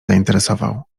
zainteresował